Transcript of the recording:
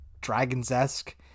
Dragons-esque